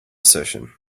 session